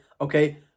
okay